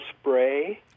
spray